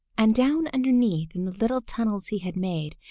and down underneath in the little tunnels he had made,